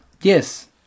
Yes